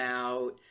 out